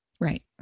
Right